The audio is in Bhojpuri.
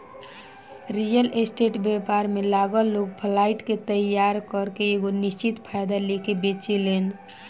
रियल स्टेट व्यापार में लागल लोग फ्लाइट के तइयार करके एगो निश्चित फायदा लेके बेचेलेन